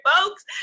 folks